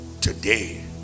today